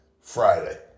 Friday